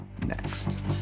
next